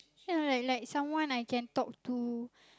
ya like like someone I can talk to